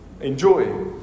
Enjoy